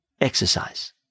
Exercise